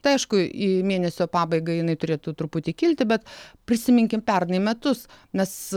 tai aišku į mėnesio pabaigą jinai turėtų truputį kilti bet prisiminkim pernai metus mes